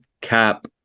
cap